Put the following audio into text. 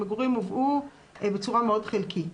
המגורים הובאו בצורה מאוד חלקית.